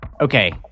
Okay